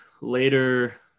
later